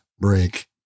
Break